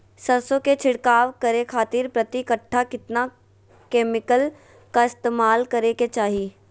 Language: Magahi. सरसों के छिड़काव करे खातिर प्रति कट्ठा कितना केमिकल का इस्तेमाल करे के चाही?